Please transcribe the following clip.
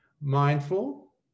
Mindful